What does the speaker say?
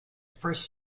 first